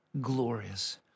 glorious